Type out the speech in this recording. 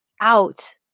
out